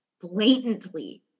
blatantly